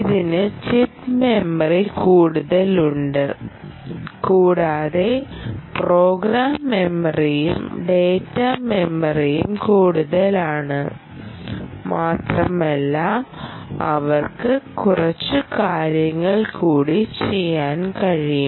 ഇതിന് chip memory കൂടുതൽ ഉണ്ട് കൂടാതെ പ്രോഗ്രാം മെമ്മറിയും ഡാറ്റാ മെമ്മറിയും കൂടുതലാണ് മാത്രമല്ല അവർക്ക് കുറച്ച് കാര്യങ്ങൾ കൂടി ചെയ്യാൻ കഴിയും